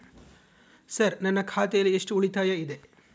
Sir ನನ್ನ ಖಾತೆಯಲ್ಲಿ ಎಷ್ಟು ಉಳಿತಾಯ ಇದೆ?